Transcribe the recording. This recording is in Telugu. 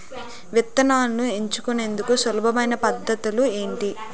విత్తనాలను ఎంచుకునేందుకు సులభమైన పద్ధతులు ఏంటి?